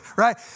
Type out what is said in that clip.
right